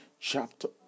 Chapter